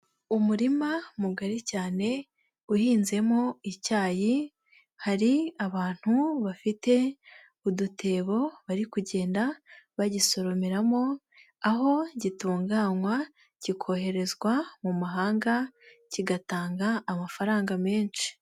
Umurima mugari cyane uhinzemo icyayi, hari abantu bafite udutebo bari kugenda bagisoromeramo, aho gitunganywa kikoherezwa mu mahanga, kigatanga amafaranga menshi.